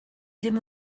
ddim